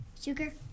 Sugar